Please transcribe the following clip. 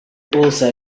also